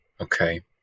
Okay